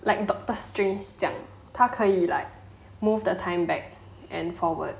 like doctor strange 这样他可以 like move the time back and forward